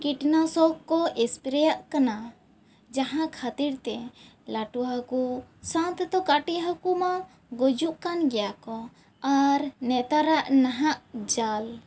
ᱠᱤᱴᱱᱟᱥᱚᱠ ᱠᱚ ᱮᱥᱯᱨᱮᱭᱟᱜ ᱠᱟᱱᱟ ᱡᱟᱦᱟᱸ ᱠᱷᱟᱹᱛᱤᱨ ᱛᱮ ᱞᱟᱹᱴᱩ ᱦᱟᱹᱠᱩ ᱥᱟᱶ ᱛᱮᱫᱚ ᱠᱟᱹᱴᱤᱡ ᱦᱟᱹᱠᱩ ᱢᱟ ᱜᱩᱡᱩᱜ ᱠᱟᱱ ᱜᱮᱭᱟ ᱠᱚ ᱟᱨ ᱱᱮᱛᱟᱨᱟᱜ ᱱᱟᱦᱟᱜ ᱡᱟᱞ